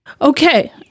Okay